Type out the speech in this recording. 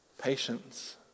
patience